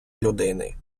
людини